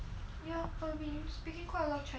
ya but we speaking quite a lot of chinese